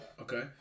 Okay